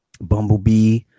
Bumblebee